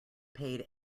paid